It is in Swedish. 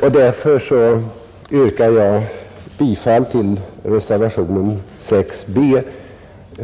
Jag yrkar därför bifall till reservationen 6 b